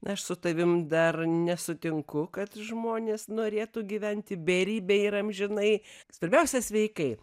aš su tavim dar nesutinku kad žmonės norėtų gyventi beribiai ir amžinai svarbiausia sveikai